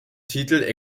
titel